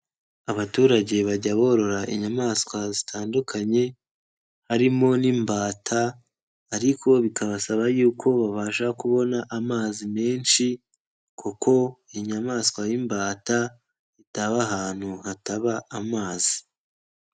Abaturage bajya borora inyamaswa zitandukanye harimo n'imbata ariko bikabasaba yuko babasha kubona amazi menshi kuko inyamaswa y'imbata itaba ahantu hataba amazi.